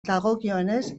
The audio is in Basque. dagokionez